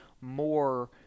more